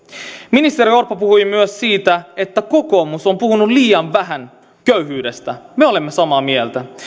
ministeri orpo puhui myös siitä että kokoomus on puhunut liian vähän köyhyydestä me olemme samaa mieltä